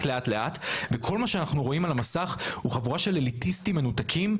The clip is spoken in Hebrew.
לאט לאט וכל מה שאנחנו רואים על המסך הוא חבורה של אליטיסטים מנותקים,